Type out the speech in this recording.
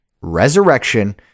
resurrection